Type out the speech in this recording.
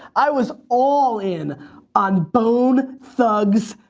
i was all in on bone thugs-n-harmony.